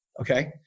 okay